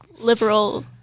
liberal